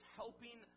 helping